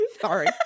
Sorry